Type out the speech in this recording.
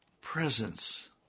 presence